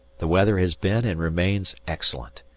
the weather has been and remains excellent,